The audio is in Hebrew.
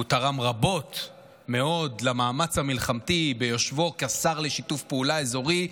והוא תרם הרבה מאוד למאמץ המלחמתי ביושבו כשר לשיתוף פעולה אזורי,